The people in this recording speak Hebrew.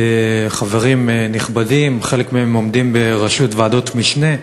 חברים נכבדים, שחלק מהם עומדים בראשות ועדות משנה.